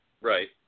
right